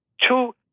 two